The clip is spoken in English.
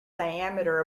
diameter